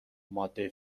ماده